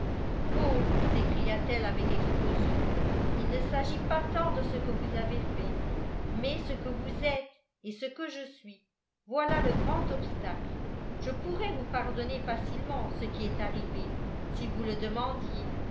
oh s'écria-t-elle avec explosion il ne s'agit pas tant de ce que vous avez fait mais ce que vous êtes et ce que je suis voilà le grand obstacle je pourrais vous pardonner facilement ce qui est arrivé si vous le demandiez